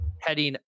heading